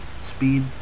speed